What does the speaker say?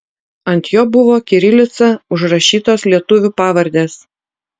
ant jo buvo kirilica užrašytos lietuvių pavardės